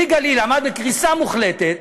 "פרי הגליל" עמד בקריסה מוחלטת,